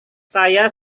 saya